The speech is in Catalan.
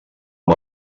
amb